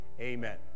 amen